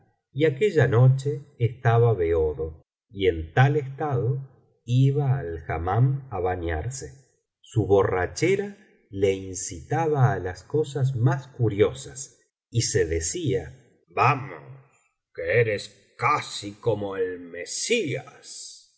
y aquella noche estaba beodo y en tal estado iba al hammam á bañarse su borrachera le incitaba á las cosas más curiosas y se decía vamos que eres casi como el mesías